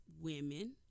women